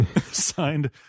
Signed